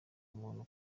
umuntu